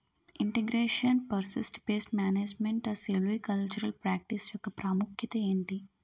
integration forest pest management silvicultural practice యెక్క ప్రాముఖ్యత ఏంటి